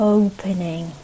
opening